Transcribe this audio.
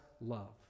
love